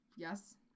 Yes